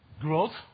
growth